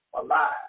alive